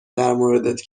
درموردت